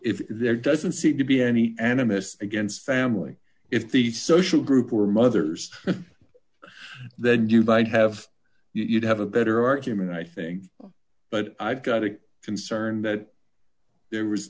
if there doesn't seem to be any animist against family if the social group or mothers then you by have you'd have a better argument i think but i've got a concern that there